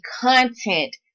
content